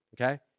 okay